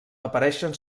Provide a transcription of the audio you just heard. apareixen